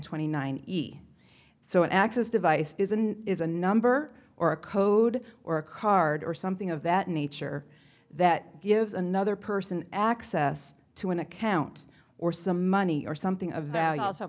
twenty nine so an access device is and is a number or a code or a card or something of that nature that gives another person access to an account or some money or something of value also